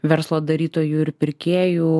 verslo darytojų ir pirkėjų o